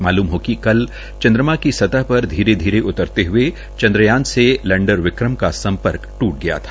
मालूम हो कि कल चंन्द्रमा की सतह पर धीरे धीरे उतरते हये चन्द्रयान से लेंडर विक्रमक सम्पर्क टूट गया था